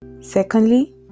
secondly